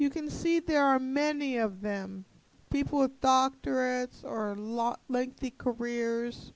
you can see there are many of them people with doctorates or law lengthy careers